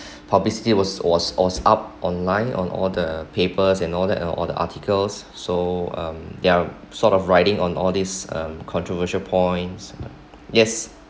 publicity was was all up online on all the papers and all that and all the articles so um they're sort of writing on all this um controversial points yes